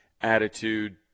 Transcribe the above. attitude